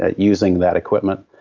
ah using that equipment.